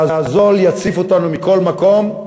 והזול יציף אותנו מכל מקום,